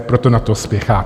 Proto na to spěcháte.